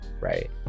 right